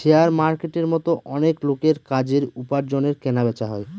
share মার্কেটের মতো অনেক লোকের কাজের, উপার্জনের কেনা বেচা হয়